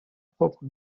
propre